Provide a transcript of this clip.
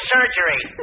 Surgery